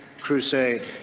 crusade